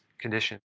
condition